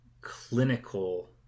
clinical